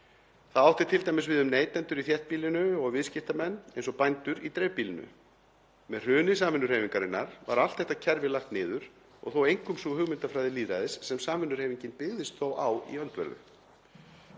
Það átti t.d. við um neytendur í þéttbýlinu og viðskiptamenn, eins og bændur, í dreifbýlinu. Með hruni samvinnuhreyfingarinnar var allt þetta kerfi lagt niður og þó einkum sú hugmyndafræði lýðræðis sem samvinnuhreyfingin byggðist þó á í öndverðu.